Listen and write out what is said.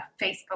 Facebook